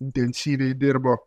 intensyviai dirbo